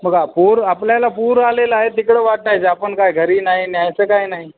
बघा पूर आपल्याला पूर आलेला आहे तिकडं वाटायच आपण काय घरी नाही न्यायचं काय नाही